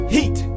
Heat